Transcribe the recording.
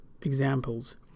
examples